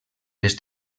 les